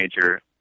major